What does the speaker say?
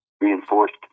reinforced